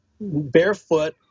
barefoot